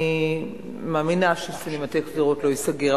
אני מאמינה שסינמטק שדרות לא ייסגר,